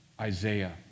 Isaiah